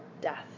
death